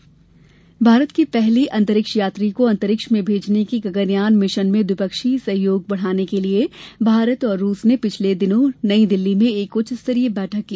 अंतरिक्ष मिशन भारत के पहले अंतरिक्ष यात्री को अंतरिक्ष में भेजने के गगनयान मिशन में द्विपक्षीय सहयोग बढ़ाने के लिए भारत और रूस ने पिछले दिनों नई दिल्ली में एक उच्च स्तरीय बैठक की